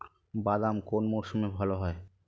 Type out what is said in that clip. বাদাম কোন মরশুমে ভাল হয়?